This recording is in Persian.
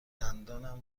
دندانم